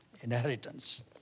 Inheritance